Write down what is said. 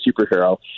superhero